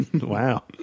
Wow